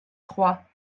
trois